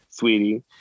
sweetie